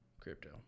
Crypto